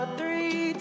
three